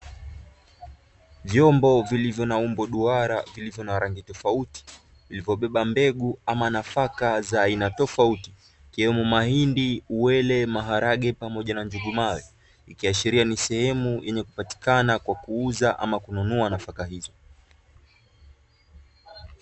Vyombo vilivyo na umbo duara vilivyo na rangi tofauti, vilivyobeba mbegu ama nafaka za aina tofauti, ikiwemo; mahindi, uwele maharage, pamoja na njugu mawe, ikiashiria ni sehemu yenye kupatikana kwa kuuza ama kununua nafaka hizo.